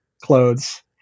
clothes